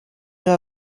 you